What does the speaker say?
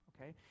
okay